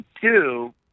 two